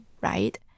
right